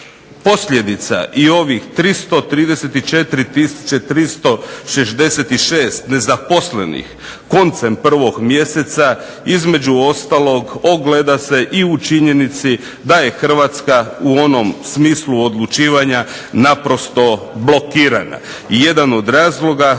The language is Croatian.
posljedica i ovih 334 tisuće 366 nezaposlenih koncem prvog mjeseca između ostalog ogleda se i u činjenici da je Hrvatska u onom smislu odlučivanja naprosto blokirana. I jedan od razloga